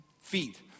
feet